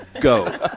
go